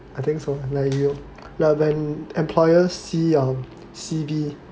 I think so like you like when employers see your C_V